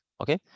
Okay